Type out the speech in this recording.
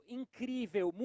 incrível